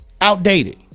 Outdated